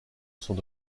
sont